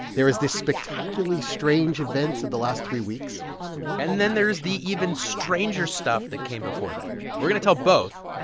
there is the spectacularly strange events of the last three weeks and then there is the even stranger stuff that came before that. we're going to tell both.